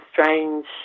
strange